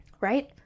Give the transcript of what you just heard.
right